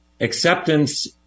Acceptance